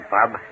Bob